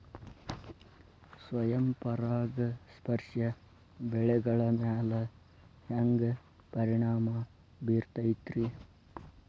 ಸ್ವಯಂ ಪರಾಗಸ್ಪರ್ಶ ಬೆಳೆಗಳ ಮ್ಯಾಲ ಹ್ಯಾಂಗ ಪರಿಣಾಮ ಬಿರ್ತೈತ್ರಿ?